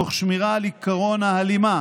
תוך שמירת על עקרון ההלימה